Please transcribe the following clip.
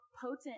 potent